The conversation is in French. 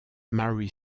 mary